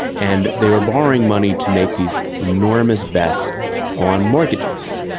and they were borrowing money to make these enormous bets on mortgages.